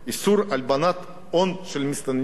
איסור הלבנת הון של מסתננים,